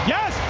Yes